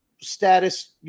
status